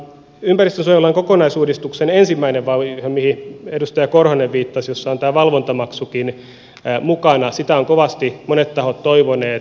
ympäristönsuojelulain kokonaisuudistuksen ensimmäistä vaihetta mihin edustaja korhonen viittasi jossa on tämä valvontamaksukin mukana ovat kovasti monet tahot toivoneet